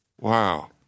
Wow